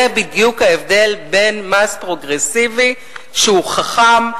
זה בדיוק ההבדל בין מס פרוגרסיבי שהוא חכם,